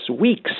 weeks